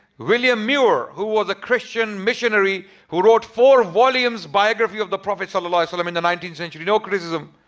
william miur, who was a christian missionary who wrote four volumes biography of the prophet ah in like but i mean the nineteenth century. no criticism.